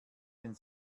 den